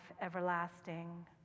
everlasting